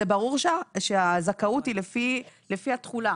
זה ברור שהזכאות היא לפי התחולה.